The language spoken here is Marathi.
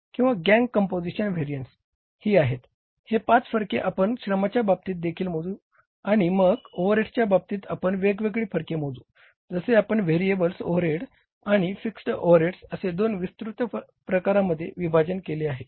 हे पाच फरके आपण श्रमाच्या बाबतीत देखील मोजू आणि मग ओव्हरहेड्सच्या बाबतीत आपण वेगवेगळी फरके मोजू जसे आपण व्हेरिएबल ओव्हरहेड्स आणि फिक्स्ड ओव्हरहेड्स असे दोन विस्तृत प्रकारांमध्ये विभाजन केले आहे